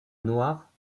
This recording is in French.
noire